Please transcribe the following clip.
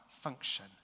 function